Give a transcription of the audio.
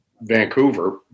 Vancouver